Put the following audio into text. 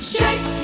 Shake